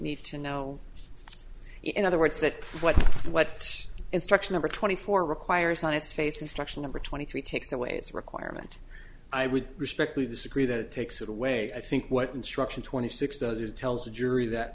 need to know in other words that what what instruction over twenty four requires on its face instruction number twenty three takes away its requirement i would respectfully disagree that takes it away i think what instruction twenty six does it tells the jury that